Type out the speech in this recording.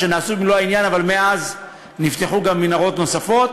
או שנעשו במלוא העניין אבל מאז נפתחו גם מנהרות נוספות.